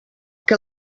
que